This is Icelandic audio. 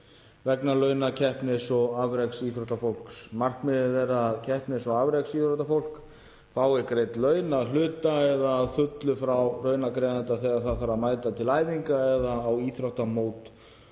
vegna launa keppnis- og afreksíþróttafólks. Markmiðið er að keppnis- og afreksíþróttafólk fái greidd laun að hluta eða að fullu frá launagreiðanda þegar það þarf að mæta á æfingar eða íþróttamót